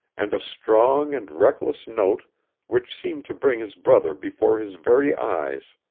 and a strong and reckless note which seemed to bring his brother before his very eyes.